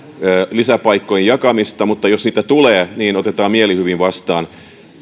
lisäpaikkojen jakamista mutta jos niitä tulee niin otetaan mielihyvin vastaan